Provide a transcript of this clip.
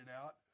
out